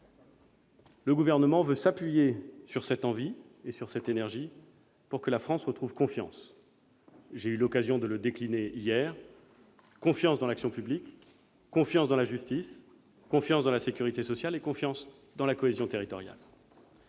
Le Gouvernement veut s'appuyer sur cette envie et cette énergie pour que la France retrouve confiance : j'ai eu l'occasion de le décliner hier, confiance en son action publique, confiance en sa justice, en sa sécurité sociale et en sa cohésion territoriale.